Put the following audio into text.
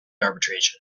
arbitration